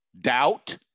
Doubt